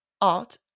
art